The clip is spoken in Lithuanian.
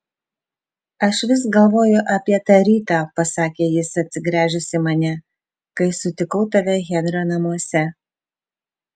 aš vis galvoju apie tą rytą pasakė jis atsigręžęs į mane kai sutikau tave henrio namuose